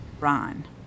Ron